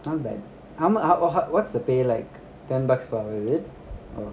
not bad h~ m~ h~ wh~ what's the pay like ten bucks per hour is it